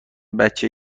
بچه